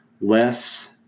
less